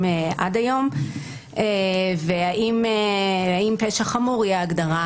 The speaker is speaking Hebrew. עד היום והאם האם פשע חמור היא ההגדרה